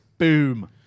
Boom